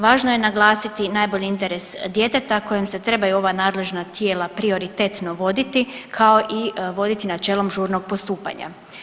Važno je naglasiti najbolji interes djeteta kojem se trebaju ova nadležna tijela prioritetno voditi, kao i voditi načelom žurnog postupanja.